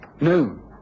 No